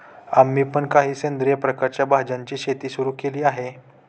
आम्ही पण काही सेंद्रिय प्रकारच्या भाज्यांची शेती सुरू केली आहे